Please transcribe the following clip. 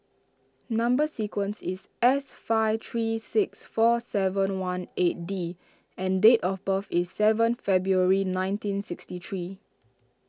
Number Sequence is S five three six four seven one eight D and date of birth is seventh February nineteen sixty three